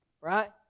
right